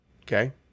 okay